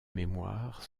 mémoire